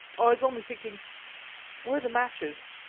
oh, i was only thinking where are the matches?